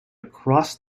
across